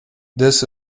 this